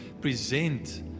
present